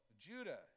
Judah